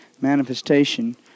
manifestation